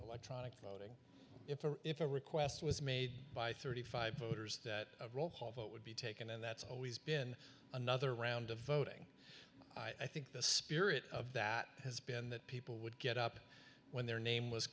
electronic voting if if a request was made by thirty five dollars voters that roll hall that would be taken and that's always been another round of voting i think the spirit of that has been that people would get up when their name was